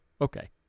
Okay